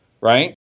Right